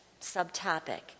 subtopic